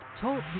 Talk